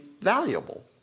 valuable